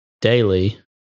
daily